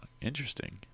interesting